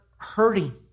hurting